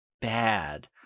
bad